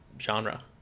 genre